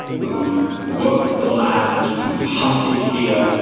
who've worked the land, who've hunted here,